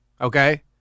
okay